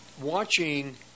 watching